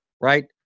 right